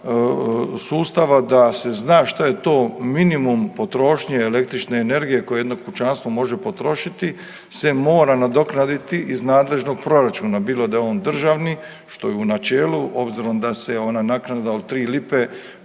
sustava da se zna šta je to minimum potrošnje električne energije koje jedno kućanstvo može potrošiti se mora nadoknaditi iz nadležnog proračuna bilo da je on državni što je u načelu obzirom da se ona naknada od 3 lipe